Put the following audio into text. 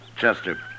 Chester